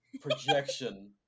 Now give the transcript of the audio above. projection